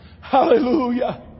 Hallelujah